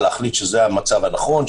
להחליט שזה המצב הנכון,